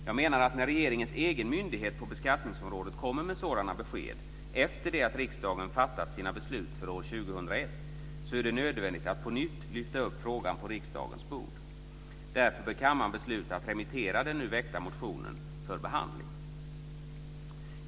Jag menar att när regeringens egen myndighet på beskattningsområdet kommer med sådana besked efter det att riksdagen har fattat sina beslut för år 2001, är det nödvändigt att på nytt lyfta upp frågan på riksdagens bord. Därför bör kammaren besluta att remittera den nu väckta motionen för behandling.